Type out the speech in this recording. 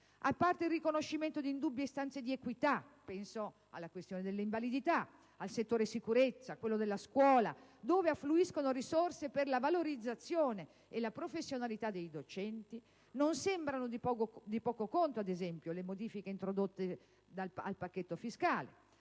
A parte il riconoscimento di indubbie istanze di equità (penso alla questione delle invalidità, al settore sicurezza, a quello della scuola, dove affluiscono risorse per la valorizzazione e la professionalità dei docenti), non sembrano di poco conto, ad esempio, le modifiche introdotte al pacchetto fiscale,